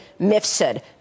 Mifsud